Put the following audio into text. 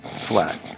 Flat